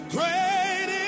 Great